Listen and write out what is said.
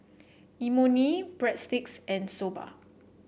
Imoni Breadsticks and Soba